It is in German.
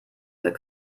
mit